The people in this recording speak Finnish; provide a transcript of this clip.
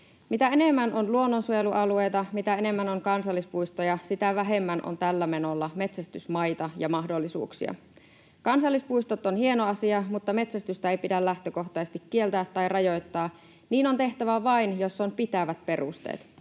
Mitä enemmän on luonnonsuojelualueita, mitä enemmän on kansallispuistoja, sitä vähemmän on tällä menolla metsästysmaita ja mahdollisuuksia. Kansallispuistot on hieno asia, mutta metsästystä ei pidä lähtökohtaisesti kieltää tai rajoittaa. Niin on tehtävä vain, jos on pitävät perusteet.